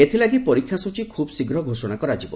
ଏଥିଲାଗି ପରୀକ୍ଷା ସୂଚୀ ଖୁବ୍ ଶୀଘ୍ର ଘୋଷଣା କରାଯିବ